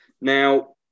Now